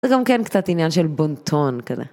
זה גם כן קצת עניין של בונטון כזה.